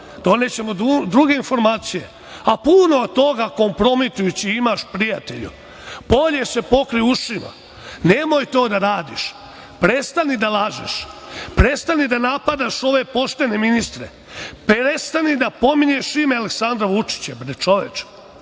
donećemo druge informacije, a puno toga kompromitujućeg imaš prijatelju. Bolje se pokrij ušima. Nemoj to da radiš. Prestani da lažeš, prestani da napadaš ove poštene ministre, prestani da pominješ ime Aleksandra Vučića, bre čoveče